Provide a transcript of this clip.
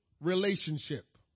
relationship